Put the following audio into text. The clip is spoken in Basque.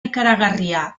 ikaragarria